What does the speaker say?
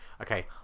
okay